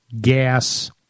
gas